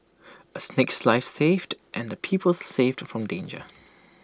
A snake's life saved and people saved from danger